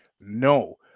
No